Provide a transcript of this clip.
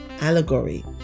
allegory